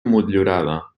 motllurada